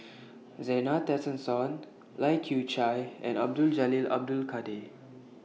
Zena Tessensohn Lai Kew Chai and Abdul Jalil Abdul Kadir